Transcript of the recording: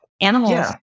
animals